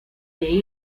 the